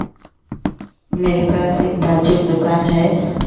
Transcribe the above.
मेरे पास एक बाजु में दुकान है